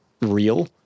real